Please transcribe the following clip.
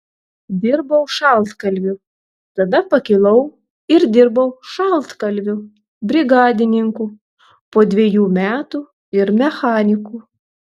dirbau šaltkalviu tada pakilau ir dirbau šaltkalviu brigadininku po dviejų metų ir mechaniku